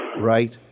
right